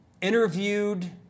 interviewed